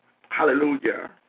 hallelujah